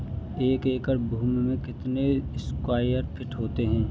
एक एकड़ भूमि में कितने स्क्वायर फिट होते हैं?